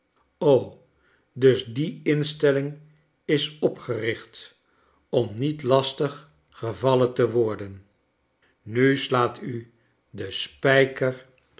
dus die instelling is opgericht om niet lastig gevallen te worden nu slaat u den spijker